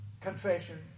confession